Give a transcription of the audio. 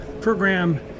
program